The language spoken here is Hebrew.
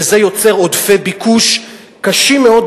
וזה יוצר עודפי ביקוש קשים מאוד,